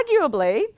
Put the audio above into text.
arguably